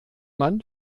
man